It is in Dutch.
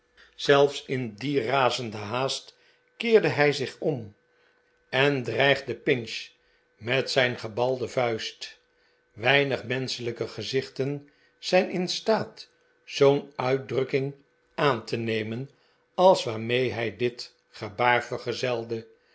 zelfs in die razende haast keerde hij zich om en dreigde pinch met zijn gebalde vuist weinig menschelijke gezichten zijn in staat zoo'n uitdrukking aan te nemen als waarmee hij dit